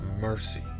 mercy